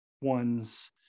ones